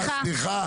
חיים, סליחה.